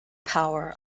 power